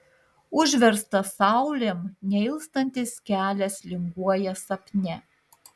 užverstas saulėm neilstantis kelias linguoja sapne